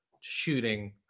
shooting